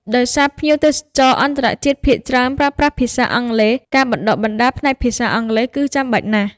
ដោយសារភ្ញៀវទេសចរអន្តរជាតិភាគច្រើនប្រើប្រាស់ភាសាអង់គ្លេស ការបណ្តុះបណ្តាលផ្នែកភាសាអង់គ្លេសគឺចាំបាច់ណាស់។